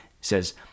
Says